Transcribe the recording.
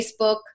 Facebook